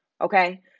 Okay